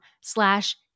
slash